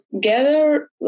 gather